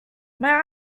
may